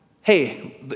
hey